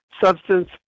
Substance